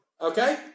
Okay